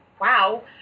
wow